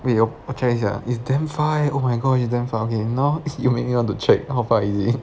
wait your 我 check 一下 far eh oh my god is damn far okay now is you make me want to check how far is it